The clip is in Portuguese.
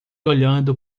olhando